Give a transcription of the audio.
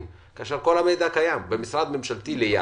כאשר כל המידע קיים במשרד ממשלתי ליד,